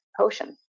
potion